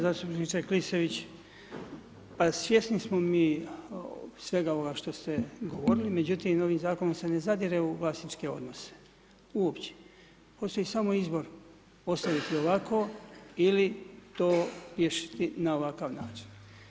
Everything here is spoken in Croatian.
Zastupniče Klisović, pa svjesni smo mi svega ovoga što ste govorili, međutim ovim zakonom se ne zadire u vlasničke odnose, uopće, postoji samo izbor ostaviti ovako ili to riješiti na ovakav način.